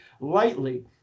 lightly